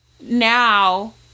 now